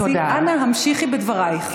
אנא, המשיכי בדברייך.